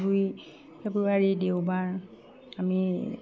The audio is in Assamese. দুই ফেব্ৰুৱাৰী দেওবাৰ আমি